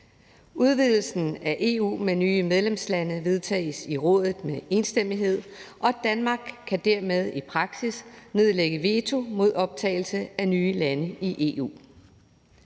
Udvidelsen af EU med nye medlemslande vedtages i Rådet med enstemmighed, og Danmark kan dermed i praksis nedlægge veto mod optagelse af nye lande i EU.